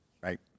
right